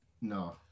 No